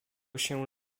się